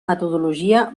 metodologia